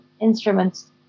instruments